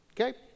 okay